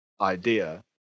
idea